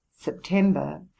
September